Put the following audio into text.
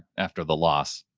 after the loss,